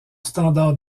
standard